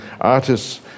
artists